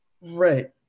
Right